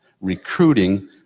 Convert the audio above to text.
recruiting